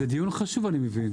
אז זה דיון חשוב אני מבין,